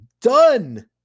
Done